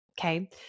okay